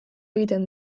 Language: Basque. egiten